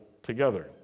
together